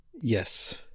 Yes